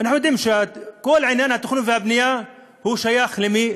אנחנו יודעים שכל עניין התכנון והבנייה שייך, למי?